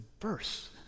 verse